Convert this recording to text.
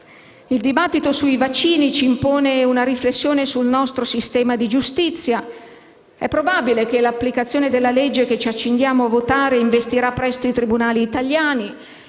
Il dibattito sui vaccini ci impone infine una riflessione sul nostro sistema di giustizia. È probabile che l'applicazione della legge che ci accingiamo a votare investirà presto i tribunali italiani.